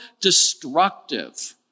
destructive